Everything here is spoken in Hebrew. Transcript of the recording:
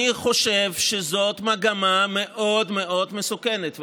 אני חושב שזאת מגמה מאוד מאוד מסוכנת.